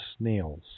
snails